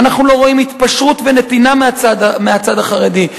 אנחנו לא רואים התפשרות ונתינה מהצד החרדי.